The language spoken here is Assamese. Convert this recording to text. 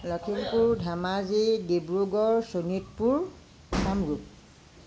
লখিমপুৰ ডিব্ৰুগড় ধেমাজি শোণিতপুৰ কামৰূপ